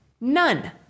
None